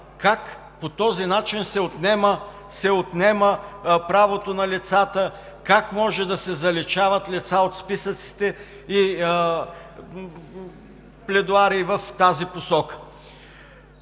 как по този начин се отнема правото на лицата, как може да се заличават лица от списъците… пледоарии в тази посока.